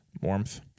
warmth